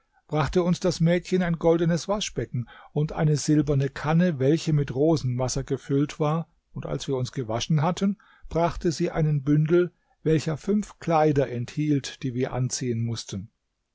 brachte uns das mädchen ein goldenes waschbecken und eine silberne kanne welche mit rosenwasser gefüllt war und als wir uns gewaschen hatten brachte sie einen bündel welcher fünf kleider enthielt die wir anziehen mußten